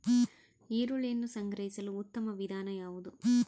ಈರುಳ್ಳಿಯನ್ನು ಸಂಗ್ರಹಿಸಲು ಉತ್ತಮ ವಿಧಾನ ಯಾವುದು?